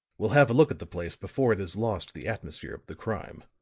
we'll have a look at the place before it has lost the atmosphere of the crime.